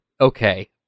okay